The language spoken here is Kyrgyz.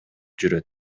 жүрөт